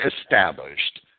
established